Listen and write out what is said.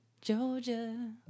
Georgia